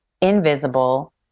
invisible